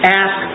ask